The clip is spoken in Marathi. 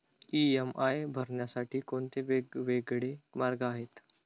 इ.एम.आय भरण्यासाठी कोणते वेगवेगळे मार्ग आहेत?